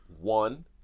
one